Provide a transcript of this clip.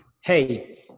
hey